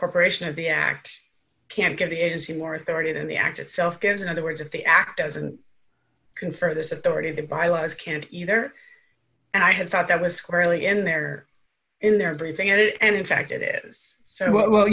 incorporation of the act can't give the agency more authority than the act itself gives in other words if the act doesn't confer this authority that by lies can't either and i had thought that was squarely in there in their briefing and in fact it is so well